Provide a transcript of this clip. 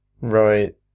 Right